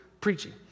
preaching